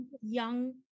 young